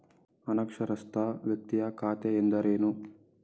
ಅನಕ್ಷರಸ್ಥ ವ್ಯಕ್ತಿಯ ಖಾತೆ ಎಂದರೇನು?